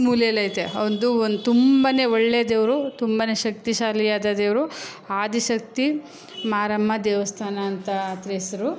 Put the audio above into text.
ಮೂಲೆಲೈತೆ ಅದು ಒಂದು ತುಂಬನೇ ಒಳ್ಳೆಯ ದೇವರು ತುಂಬನೇ ಶಕ್ತಿ ಶಾಲಿಯಾದ ದೇವರು ಆದಿಶಕ್ತಿ ಮಾರಮ್ಮ ದೇವಸ್ಥಾನ ಅಂತ ಅದ್ರೆಸ್ರು